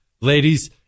Ladies